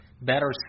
better